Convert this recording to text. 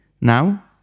Now